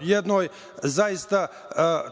jednoj zaista teškoj